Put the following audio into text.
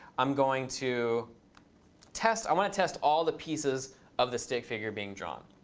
i'm going to test i want to test all the pieces of the stick figure being drawn.